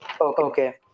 Okay